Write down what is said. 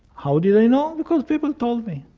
how did i know? because people told me.